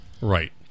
right